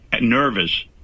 nervous